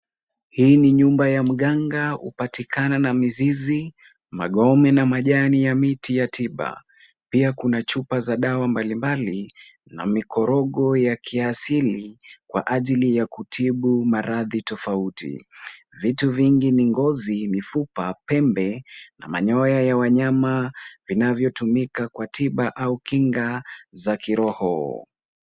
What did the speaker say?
Hii ni nyumba ya mganga, hupatikana na mizizi, magome na majani ya miti ya tiba. Pia kuna chupa za dawa mbalimbali na mikorogo ya kiasili kwa ajili ya kutibu maradhi tofauti. Vitu vingi ni ngozi, mifupa, pembe na manyoya ya wanyama vinavyotumika kwa tiba au kinga za kiroho.